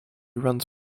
runs